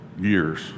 years